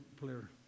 player